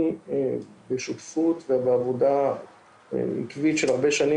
אני בשותפות ובעבודה עקבית של הרבה שנים